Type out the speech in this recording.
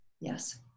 Yes